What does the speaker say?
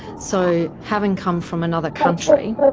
so having come from another country,